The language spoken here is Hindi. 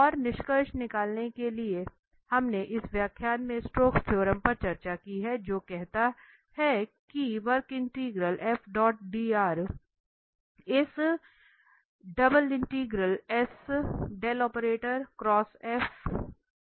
और निष्कर्ष निकालने के लिए हमने इस व्याख्यान में स्टोक्स थ्योरम पर चर्चा की है और जो कहता है कि इस के बराबर है